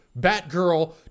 Batgirl